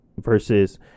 versus